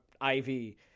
Ivy